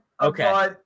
Okay